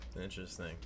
Interesting